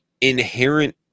inherent